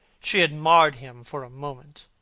she had marred him for a moment,